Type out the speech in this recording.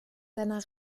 seiner